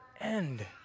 end